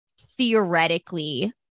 theoretically